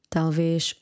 Talvez